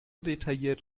detailliert